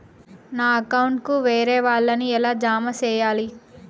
నా అకౌంట్ కు వేరే వాళ్ళ ని ఎలా జామ సేయాలి?